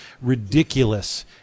ridiculous